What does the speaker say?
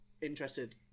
interested